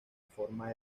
forma